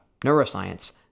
neuroscience